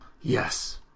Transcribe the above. yes